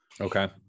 okay